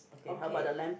okay